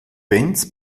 benz